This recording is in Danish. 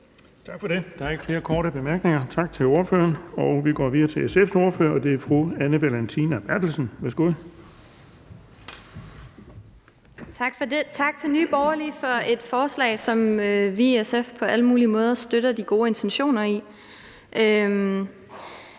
Tak for det. Der er ikke flere korte bemærkninger. Tak til ordføreren. Vi går videre til SF's ordfører, og det er fru Anne Valentina Berthelsen. Værsgo. Kl. 16:40 (Ordfører) Anne Valentina Berthelsen (SF): Tak for det, og tak til Nye Borgerlige for et forslag, som vi i SF på alle mulige måder støtter de gode intentioner i.